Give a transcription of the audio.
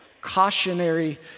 Cautionary